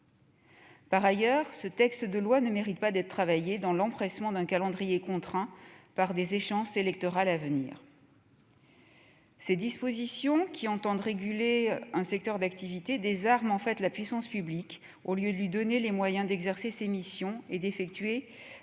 Par ailleurs, ce texte de loi ne mérite pas d'être travaillé dans l'empressement d'un calendrier contraint par les échéances électorales à venir. Ces dispositions, qui entendent réguler un secteur d'activité, désarment en fait la puissance publique au lieu de lui donner les moyens d'exercer ses missions et d'effectuer